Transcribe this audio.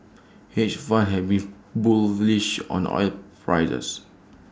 hedge funds have been bullish on oil prices